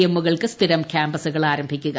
എമ്മുകൾക്ക് സ്ഥിരം കാമ്പസുകൾ ആരംഭിക്കുക